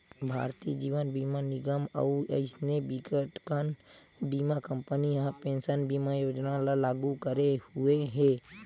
भारतीय जीवन बीमा निगन अउ अइसने बिकटकन बीमा कंपनी ह पेंसन बीमा योजना ल लागू करे हुए हे